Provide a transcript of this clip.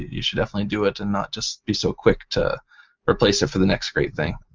you should definitely do it and not just be so quick to replace it for the next great thing.